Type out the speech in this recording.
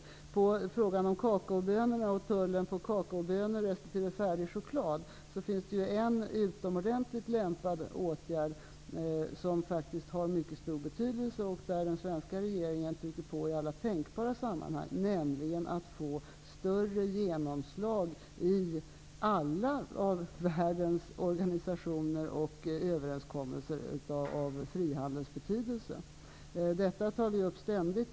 När det gäller kakaobönor och tullen på kakaobönor resp. färdig choklad finns det en utomordentligt lämpad åtgärd, som faktiskt har mycket stor betydelse och för vilken den svenska regeringen trycker på i alla tänkbara sammanhang, nämligen att få större genomslag i alla av världens organisationer och överenskommelser av betydelse för frihandeln. Detta tar vi upp ständigt.